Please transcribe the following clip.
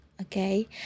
okay